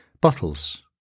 bottles